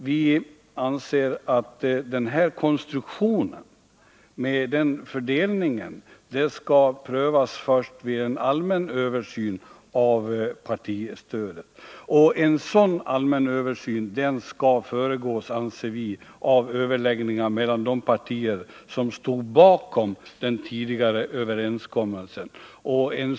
Vi anser att konstruktionen med en fördelning skall prövas först vid en allmän översyn av partistödet. En sådan allmän översyn skall föregås av överläggningar mellan de partier som stod bakom den tidigare överenskommelsen.